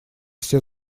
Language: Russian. все